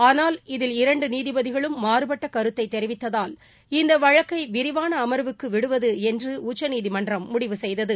ஆளால் இதில் இரண்டு நீதிபதிகளும் மாறுபட்ட கருத்தை தெரிவித்ததால் இந்த வழக்கை விரிவான அமர்வுக்கு விடுவது என்று உச்சநீதிமன்றம் முடிவு செய்தது